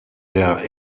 der